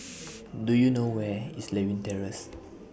Do YOU know Where IS Lewin Terrace